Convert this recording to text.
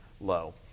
low